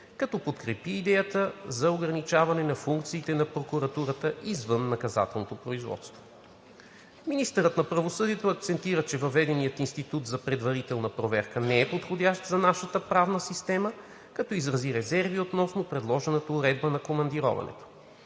като подкрепи идеята за ограничаване на функциите на прокуратурата извън наказателното производство. Министърът на правосъдието акцентира, че въведеният институт за предварителна проверка не е подходящ за нашата правна система, като изрази резерви относно предложената уредба на командироването.